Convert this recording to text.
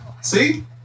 See